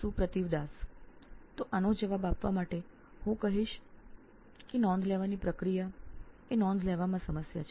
સુપ્રતિવ Das CTO નોઇન electronics તો આનો ઉત્તર આપવા માટે હું કહીશ કે નોંધ લેવાની પ્રક્રિયા એ હકીકતમાં સમસ્યા છે